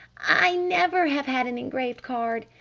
i never have had an engraved card,